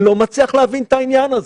אני לא מצליח להבין את העניין הזה.